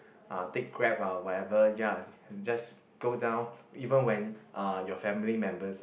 uh taxi Grab ah whatever ya just go down even when uh your family members are